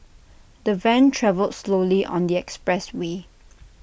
the van travelled slowly on the expressway